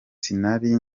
sinari